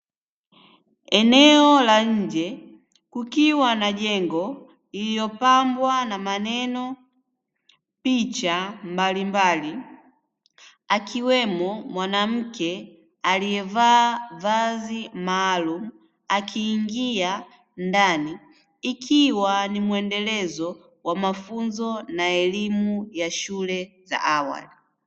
Eneo la nje kukiwa na jengo iliyopambwa na maneno, picha mbalimbali, akiwemo mwanamke aliyevaa vazi maalumu, akiingia ndani ikiwa ni mwendelezo wa mafunzo na elimu ya shule za awali.